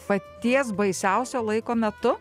paties baisiausio laiko metu